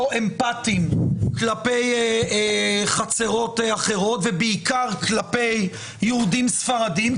אמפטיים כלפי חצרות אחרות ובעיקר כלפי יהודים ספרדים,